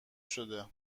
شده